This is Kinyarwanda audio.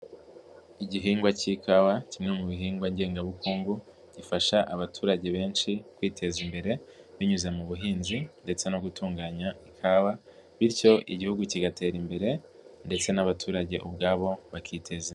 Igihingwa k'ikawa kimwe mu bihingwa ngengabukungu gifasha abaturage benshi kwiteza imbere binyuze mu buhinzi ndetse no gutunganya ikawa bityo Igihugu kigatera imbere ndetse n'abaturage ubwabo bakiteza imbere.